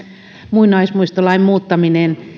muinaismuistolain muuttaminen